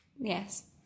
Yes